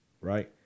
right